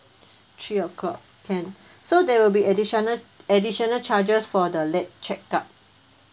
three o'clock can so there will be additional additional charges for the late check out